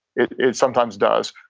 it it sometimes does.